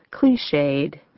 cliched